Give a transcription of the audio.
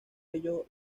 ello